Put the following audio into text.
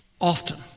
Often